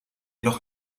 noch